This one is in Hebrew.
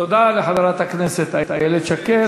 תודה לחברת הכנסת איילת שקד.